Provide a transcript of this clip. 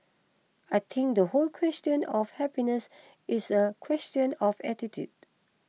I think the whole question of happiness is a question of attitude